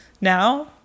Now